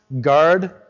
guard